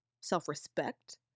self-respect